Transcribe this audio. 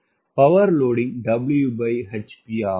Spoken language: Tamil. பவர்லோடிங் Whp ஆகும்